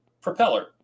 propeller